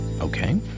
Okay